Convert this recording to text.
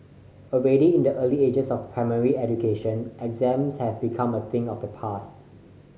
already in the early stages of primary education exams have become a thing of the past